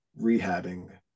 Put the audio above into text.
rehabbing